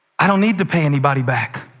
i don't need to pay anybody back.